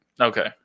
Okay